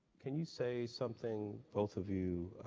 can you say something both of you,